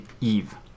Eve